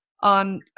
on